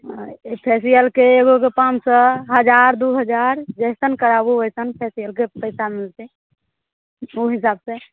फैसियलके एगो पाँच सए हजार दू हजार जैसन कराबू वैसन फैसियलके पैसा मिलतै ओ हिसाब से